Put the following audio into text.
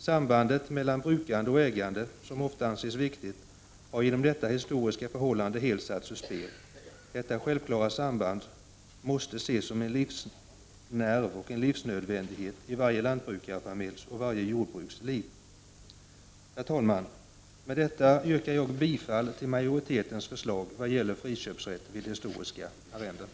Sambandet mellan brukande och ägande, som ofta anses viktigt , har på grund av detta historiska förhållande helt satts ur spel. Detta självklara samband måste ses som en livsnerv och en livsnödvändighet i varje lantbrukarfamiljs och varje jordbruks liv. Herr talman! Med detta yrkar jag bifall till majoritetens förslag vad gäller friköpsrätt vid historiska arrenden.